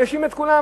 מענישים את כולם,